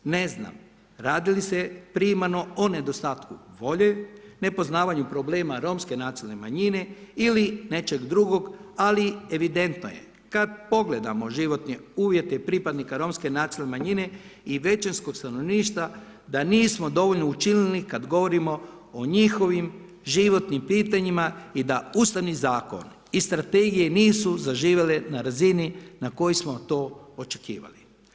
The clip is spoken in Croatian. Ne znam radi li se primarno o nedostatku volje, nepoznavanju problema romske nacionalne manjine ili nečeg drugog, ali evidentno je kad pogledamo životne uvjete pripadnika romske nacionalne manjine i većinskog stanovništva da nismo dovoljno učinili kad govorimo o njihovim životnim pitanjima i da Ustavni zakon i strategije nisu zaživjele na razini na kojoj smo to očekivali.